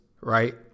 right